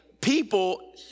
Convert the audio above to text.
people